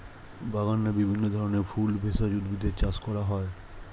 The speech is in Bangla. বাগানে বিভিন্ন ধরনের ফুল, ভেষজ উদ্ভিদের চাষ করা হয়